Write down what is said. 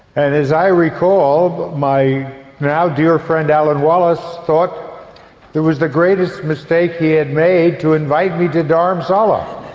and as i recall my now dear friend alan wallace thought it was the greatest mistake he had made to invite me to dharamsala.